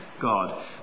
God